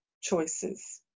choices